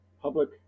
public